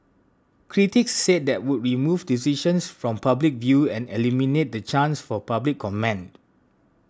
critics said that would remove decisions from public view and eliminate the chance for public comment